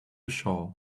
shore